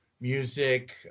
music